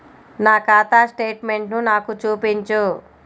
నా ఖాతా స్టేట్మెంట్ను నాకు చూపించు